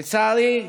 לצערי,